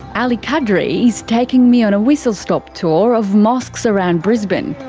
ali kadri is taking me on a whistlestop tour of mosques around brisbane.